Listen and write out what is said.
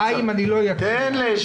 חיים, אני לא אצליח.